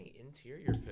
Interior